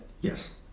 Yes